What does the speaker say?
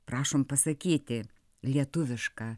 prašom pasakyti lietuvišką